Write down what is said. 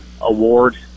Award